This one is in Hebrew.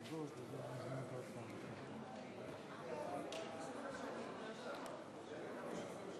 אני מתכבד להציג את הצעת ועדת הכנסת